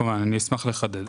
כמובן, אני אשמח לחדד.